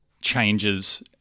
changes